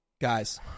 Guys